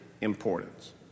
importance